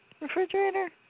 Refrigerator